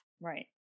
Right